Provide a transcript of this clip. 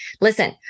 Listen